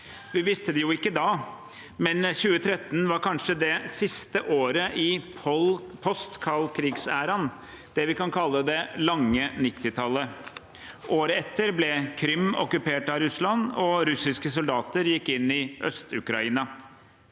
Vi visste det ikke da, men 2013 var kanskje det siste året i post kaldkrigsæraen, det vi kan kalle «det lange nittitallet». Året etter ble Krym okkupert av Russland, og russiske soldater gikk inn i Øst-Ukraina.